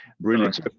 brilliant